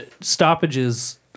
stoppages